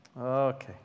okay